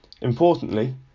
Importantly